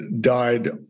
died